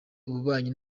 ububanyi